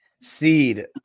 seed